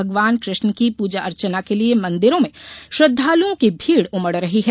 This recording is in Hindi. भगवान कृष्ण की पूजा अर्चना के लिए मंदिरों में श्रद्धालुओं की भीड़ उमड़ रही है